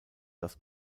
dass